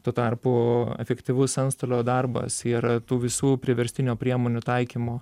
tuo tarpu efektyvus antstolio darbas yra tų visų priverstinio priemonių taikymo